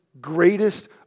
greatest